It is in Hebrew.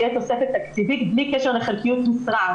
שתהיה תוספת תקציבית בלי קשר לחלקיות משרה,